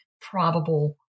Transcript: probable